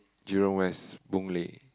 Jurong-West Boon Lay